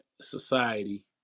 society